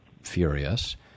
furious